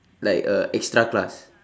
like uh extra class